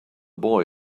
boy